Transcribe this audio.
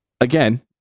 Again